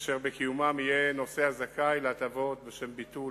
אשר בקיומם יהיה נוסע זכאי להטבות בשל ביטול,